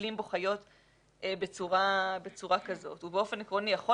שמגדלים בו חיות בצורה כזאת הוא באופן עקרוני יכול